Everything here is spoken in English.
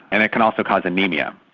and it can also cause anaemia.